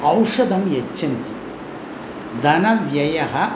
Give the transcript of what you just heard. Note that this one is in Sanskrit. औषधं यच्छन्ति धनव्ययः